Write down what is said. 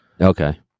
Okay